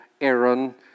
Aaron